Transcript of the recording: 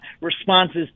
responses